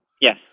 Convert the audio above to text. Yes